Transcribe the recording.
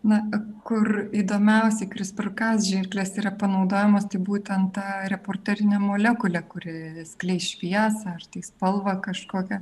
na kur įdomiausiai krispr kas žirklės yra panaudojamos ta būtent ta reporterinė molekulė kuri skleis šviesą spalvą kažkokią